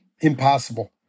Impossible